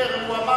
הוא אמר